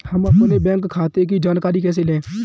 हम अपने बैंक खाते की जानकारी कैसे लें?